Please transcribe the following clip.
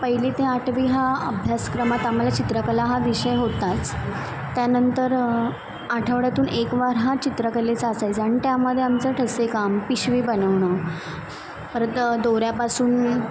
पहिली ते आठवी हा अभ्यासक्रमात आम्हाला चित्रकला हा विषय होताच त्यानंतर आठवड्यातून एक वार हा चित्रकलेचा असायचा आणि त्यामध्ये आमचं ठसेकाम पिशवी बनवणं परत दोऱ्यापासून